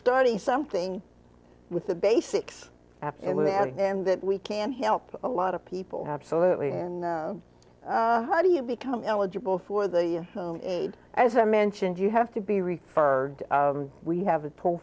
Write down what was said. starting something with the basics and that we can help a lot of people absolutely and how do you become eligible for the aid as i mentioned you have to be referred we have a toll